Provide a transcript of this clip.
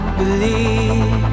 believe